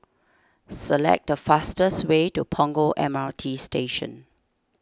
select the fastest way to Punggol M R T Station